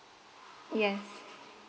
yes